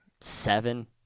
Seven